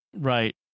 right